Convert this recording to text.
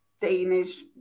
Danish